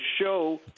show